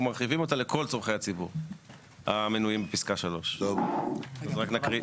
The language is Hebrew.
מרחביים אותה לכל צרכי הציבור המנויים בפסקה 3. אז רק נקריא.